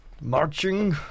Marching